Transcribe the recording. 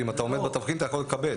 ואם אתה עומד בתבחין אתה יכול לקבל.